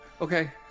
Okay